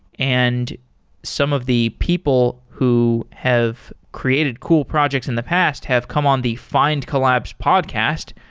and some of the people who have created cool projects in the past have come on the find collabs podcast.